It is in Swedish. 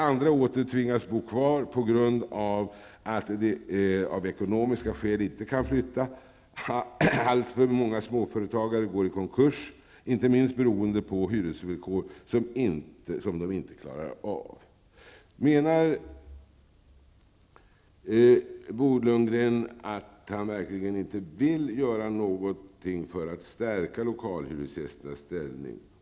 Andra åter tvingas bo kvar eftersom de av ekonomiska skäl inte kan flytta. Allför många småföretagare går i konkurs, inte minst beroende på hyresvillkor som de inte klarar av. Menar Bo Lundgren att han verkligen inte vill göra någonting för att stärka lokalhyresgästernas ställning?